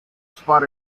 spot